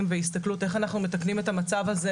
והסתכלות איך אנחנו מתקנים את המצב הזה.